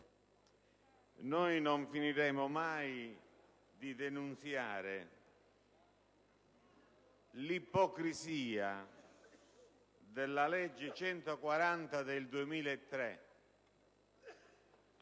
Noi non finiremo mai di denunziare l'ipocrisia della legge n. 140 del 2003.